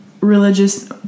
Religious